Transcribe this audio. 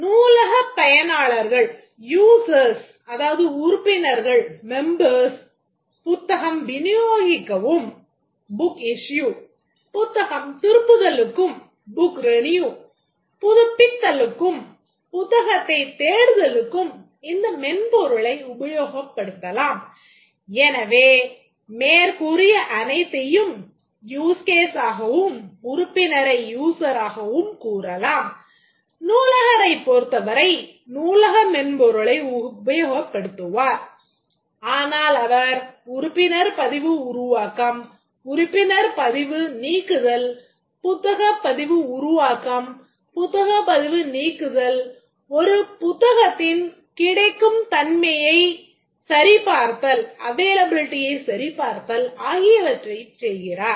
நூலகப் பயனாளர்கள் சரி பார்த்தல் ஆகியவற்றைச் செய்கிறார்